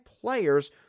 players